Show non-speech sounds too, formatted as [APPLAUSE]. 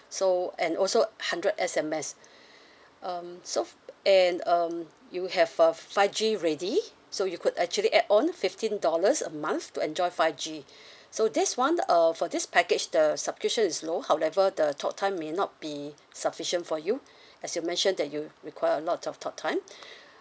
so and also hundred S_M_S um so f~ and um you have a five G ready so you could actually add on fifteen dollars a month to enjoy five G [BREATH] so this [one] uh for this package the subscription is low however the talk time may not be sufficient for you [BREATH] as you mentioned that you require a lot of talk time